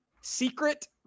Secret